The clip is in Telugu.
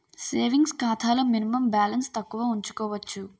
సేవింగ్స్ ఖాతాలో మినిమం బాలన్స్ తక్కువ ఉంచుకోవచ్చు